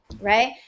right